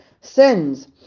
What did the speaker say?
sins